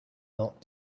not